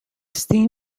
steam